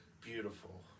Beautiful